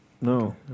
No